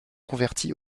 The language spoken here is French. convertie